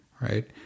right